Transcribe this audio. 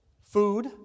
food